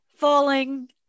falling